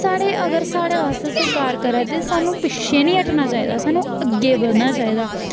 साढ़े अगर साढ़े बास्तै सरकार करै ते सानूं पिच्छें निं हटना चाहिदा सानूं अग्गें बधना चाहिदा